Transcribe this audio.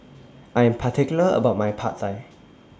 I Am particular about My Pad Thai